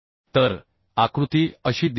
तर आकृती अशी दिसेल